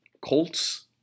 Colts